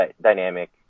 dynamic